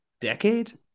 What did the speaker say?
decade